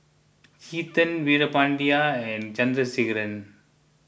Chetan Veerapandiya and Chandrasekaran